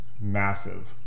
massive